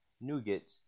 Nougat